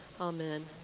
Amen